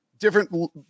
different